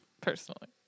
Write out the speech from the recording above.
personally